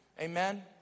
Amen